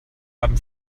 haben